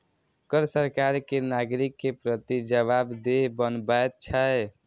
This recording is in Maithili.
कर सरकार कें नागरिक के प्रति जवाबदेह बनबैत छै